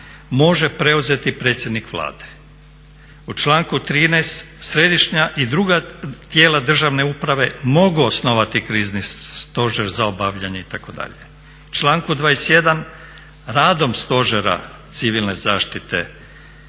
može preuzeti predsjednik Vlade". U članku 13., središnja i druga tijela državne uprave mogu osnovati Krizni stožer za obavljanje itd. U članku 21., radom stožera civilne zaštite